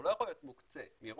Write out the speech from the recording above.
הוא לא יכול להיות מוקצה מראש,